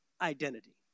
identity